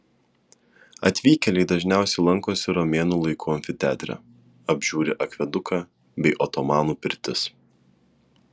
atvykėliai dažniausiai lankosi romėnų laikų amfiteatre apžiūri akveduką bei otomanų pirtis